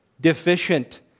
deficient